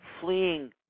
fleeing